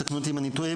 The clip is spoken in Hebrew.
תקנו אותי אם אני טועה,